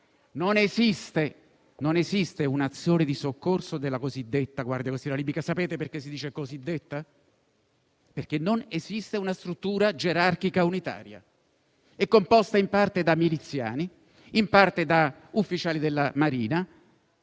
Non esiste un'azione di soccorso della cosiddetta guardia costiera libica. Sapete perché si dice cosiddetta? Perché non esiste una struttura gerarchica unitaria. È composta in parte da miliziani, in parte da ufficiali della Marina